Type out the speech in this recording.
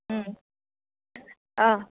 उम अह